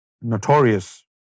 notorious